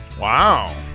Wow